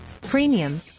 premium